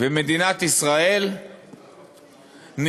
ומדינת ישראל נרשמה